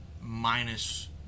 minus